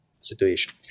situation